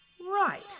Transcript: Right